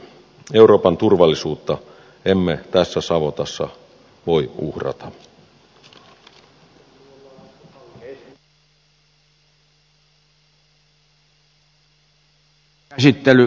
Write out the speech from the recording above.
euroopan turvallisuutta emme tässä savotassa voi uhrata